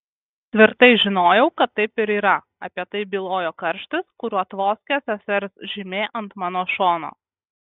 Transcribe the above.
tvirtai žinojau kad taip ir yra apie tai bylojo karštis kuriuo tvoskė sesers žymė ant mano šono